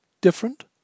different